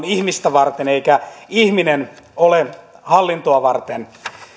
ihmistä varten eikä ihminen ole hallintoa varten